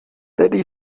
tedy